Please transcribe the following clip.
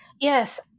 Yes